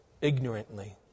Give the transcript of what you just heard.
ignorantly